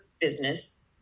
business